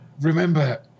Remember